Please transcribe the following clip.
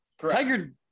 Tiger